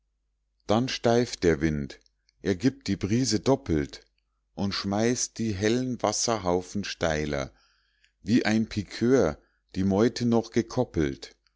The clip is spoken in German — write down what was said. dann steift der wind er gibt die brise doppelt und schmeißt die hellen wasserhaufen steiler wie ein pikeur die meute noch gekoppelt